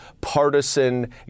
partisan